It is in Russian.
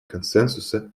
консенсуса